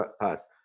pass